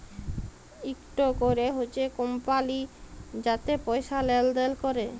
ইকট ক্যরে হছে কমপালি যাতে পয়সা লেলদেল ক্যরে